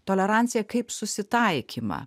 toleranciją kaip susitaikymą